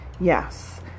Yes